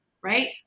Right